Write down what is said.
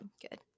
good